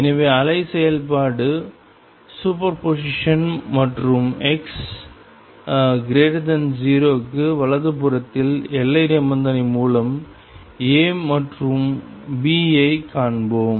எனவே அலை செயல்பாடு சூப்பர்போசிஷன் மற்றும் x0 க்கு வலது புறத்தில் எல்லை நிபந்தனை மூலம் A மற்றும் B ஐக் காண்போம்